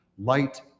light